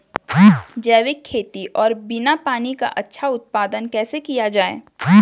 जैविक खेती और बिना पानी का अच्छा उत्पादन कैसे किया जाए?